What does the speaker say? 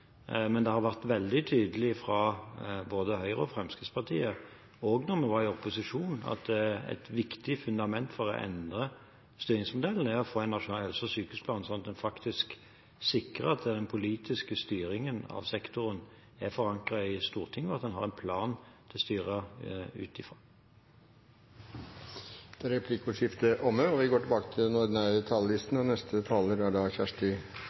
Men det har vært veldig tydelig fra både Høyre og Fremskrittspartiet – også da vi var i opposisjon – at et viktig fundament for å endre styringsmodellen er å få en nasjonal helse- og sykehusplan, sånn at en faktisk sikrer at den politiske styringen av sektoren er forankret i Stortinget, og at en har en plan å styre ut fra. Replikkordskiftet er omme. De talerne som heretter får ordet, har en taletid på inntil 3 minutter. Det var representanten Kjenseth som i ein kommentar til